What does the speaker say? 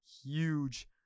huge